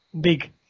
big